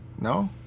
No